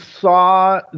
saw